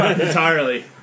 Entirely